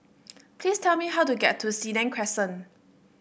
please tell me how to get to Senang Crescent